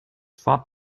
fought